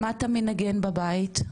מה אתה מנגן בבית?